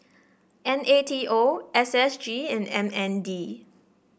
N A T O S S G and M N D